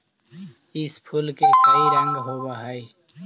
इस फूल के कई रंग होव हई